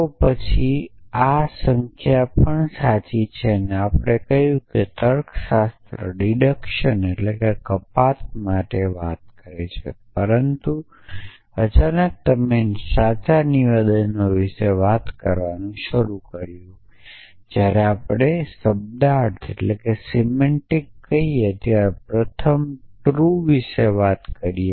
તો પછી પણ સાચી સંખ્યા છે આપણે કહ્યું તર્કશાસ્ત્ર કપાત માટે વાત કરે છે પરંતુ અચાનક તમે સાચા નિવેદનો વિશે વાત કરવાનું શરૂ કર્યું છે જ્યારે આપણે શબ્દાર્થ કહીએ ત્યારે પ્રથમ ટ્રૂ વિશે વાત કરીએ